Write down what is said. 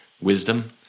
wisdom